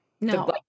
no